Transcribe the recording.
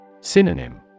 Synonym